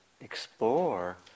explore